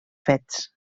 fets